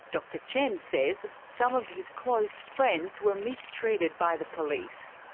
dr chen says some of his close friends were mistreated by the police.